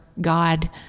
God